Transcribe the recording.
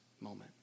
moment